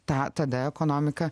tą tada ekonomika